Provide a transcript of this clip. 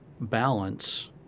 balance